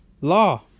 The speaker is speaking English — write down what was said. law